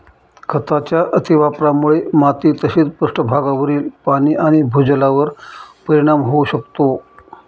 खतांच्या अतिवापरामुळे माती तसेच पृष्ठभागावरील पाणी आणि भूजलावर परिणाम होऊ शकतो